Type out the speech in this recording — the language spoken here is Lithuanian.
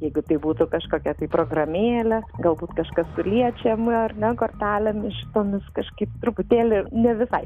jeigu tai būtų kažkokia tai programėlė galbūt kažkas liečiama ar ne kortelėmis šitomis kažkaip truputėlį ne visai